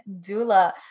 doula